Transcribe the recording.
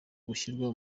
gushyirwa